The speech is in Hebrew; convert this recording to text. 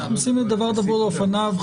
אנחנו עושים דבר דבור על אופניו.